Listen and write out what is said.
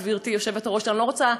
גברתי היושבת-ראש: אני לא רוצה,